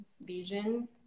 vision